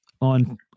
on